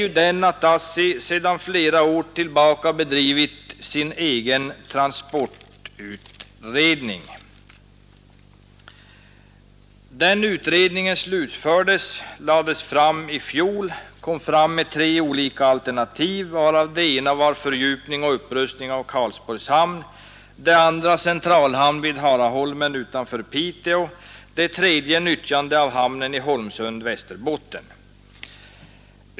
ASSI har sedan flera år tillbaka bedrivit sin egen transportutredning. Den utredningen slutfördes och lades fram i fjol, och den redovisade tre olika alternativ, av vilka det ena var fördjupning och upprustning av Karlsborgs hamn, det andra en centralhamn på Harahol men utanför Piteå och det tredje nyttjande av hamnen i Holmsund i Västerbotten.